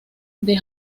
del